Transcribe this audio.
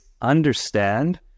understand